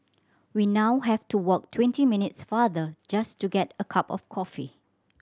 we now have to walk twenty minutes farther just to get a cup of coffee